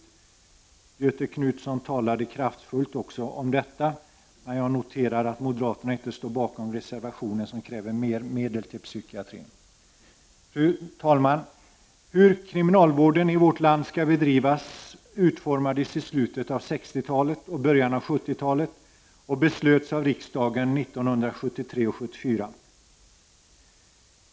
Också Göthe Knutson talade kraftfullt om detta, men jag noterade att moderaterna inte står bakom denna reservation, där vi kräver mer medel till psykiatrin. Fru talman! Hur kriminalvården i vårt land skall bedrivas utformades i slutet av 60-talet och i början av 70-talet och beslöts av riksdagen 1973 och 1974.